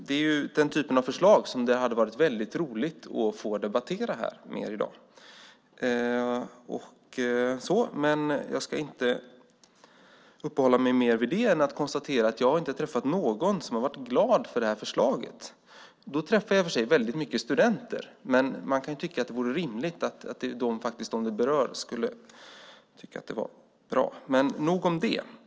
Det är den typen av förslag som det hade väldigt roligt att få debattera här med er i dag. Men jag ska inte uppehålla mig mer vid det utan konstaterar bara att jag inte har träffat någon som har varit glad över det här förslaget, och då träffar jag i och för sig väldigt mycket studenter. Man kan ju tycka att det vore rimligt att de som det berör skulle tycka att det var bra, men nog om det.